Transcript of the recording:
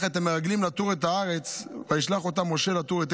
את המרגלים לתור את הארץ: "וישלח אתם משה לתור את